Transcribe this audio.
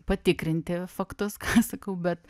patikrinti faktus ką sakau bet